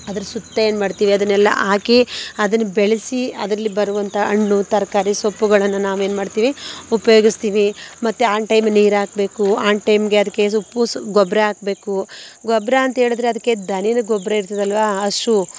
ಅದರ ಸುತ್ತ ಏನು ಮಾಡ್ತೀವಿ ಅದನ್ನೆಲ್ಲ ಹಾಕಿ ಅದನ್ನ ಬೆಳೆಸಿ ಅದರಲ್ಲಿ ಬರುವಂಥ ಹಣ್ಣು ತರಕಾರಿ ಸೊಪ್ಪುಗಳನ್ನು ನಾವೇನು ಮಾಡ್ತೀವಿ ಉಪಯೋಗಿಸ್ತೀವಿ ಮತ್ತೆ ಆನ್ ಟೈಮ್ಗೆ ನೀರು ಹಾಕ್ಬೇಕು ಆನ್ ಟೈಮ್ಗೆ ಅದಕ್ಕೆ ಸೊಪ್ಪು ಗೊಬ್ಬರ ಹಾಕ್ಬೇಕು ಗೊಬ್ಬರ ಅಂಥೇಳಿದ್ರೆ ಅದಕ್ಕೆ ದನಿದು ಗೊಬ್ಬರ ಇರ್ತದಲ್ವ ಹಸು